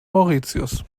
mauritius